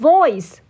Voice